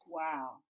Wow